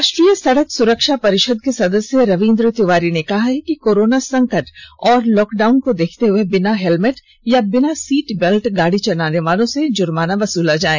राष्ट्रीय सड़क सुरक्षा परिषद के सदस्य रविंद्र तिवारी ने कहा कि कोरोना संकट और लॉकडाउन को देखते हुए बिना हेलमेट या बिना सीट बेल्ट गाड़ी चलाने वालों से जुर्माना वसूला जाए